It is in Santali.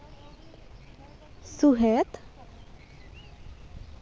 ᱥᱩᱦᱮᱫ